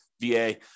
VA